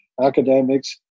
academics